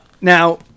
Now